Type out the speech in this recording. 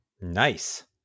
Nice